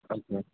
okay